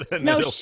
No